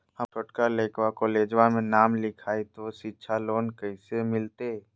हमर छोटका लड़कवा कोलेजवा मे नाम लिखाई, तो सिच्छा लोन कैसे मिलते?